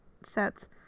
sets